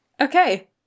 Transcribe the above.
Okay